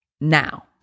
now